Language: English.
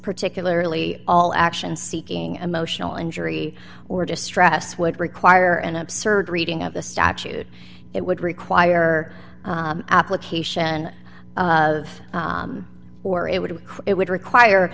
particularly all action seeking emotional injury or distress would require an absurd reading of the statute it would require application of or it would it would require